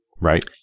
Right